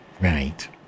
right